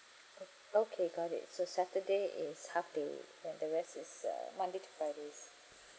o~ okay got it so saturday is half day then the rest is uh monday to fridays